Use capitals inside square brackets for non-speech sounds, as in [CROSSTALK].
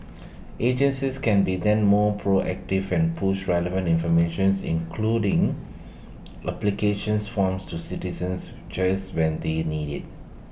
agencies can be then more proactive and push relevant informations including [NOISE] applications forms to citizens just when they need IT